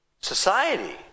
society